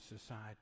society